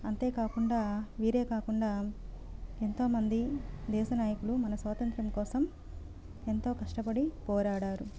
అంతేకాకుండా వీరే కాకుండా ఎంతోమంది దేశ నాయకులు మన స్వాతంత్యం కోసం ఎంతో కష్టపడి పోరాడారు